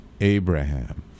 abraham